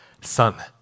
son